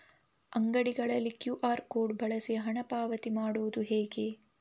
ಅಂಗಡಿಗಳಲ್ಲಿ QR code ಬಳಸಿ ಹಣ ಪಾವತಿ ಮಾಡೋದು ಹೇಗೆ?